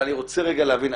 אבל אני רוצה רגע להבין,